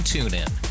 TuneIn